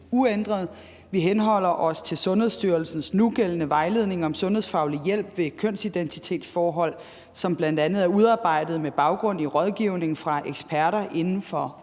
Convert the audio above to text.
Vi henholder os til Sundhedsstyrelsens nugældende vejledning om sundhedsfaglig hjælp ved kønsidentitetsforhold, som bl.a. er udarbejdet med baggrund i rådgivning fra eksperter inden for området.